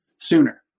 sooner